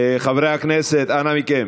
חברי הכנסת, אנא מכם,